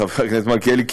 חבר הכנסת מלכיאלי,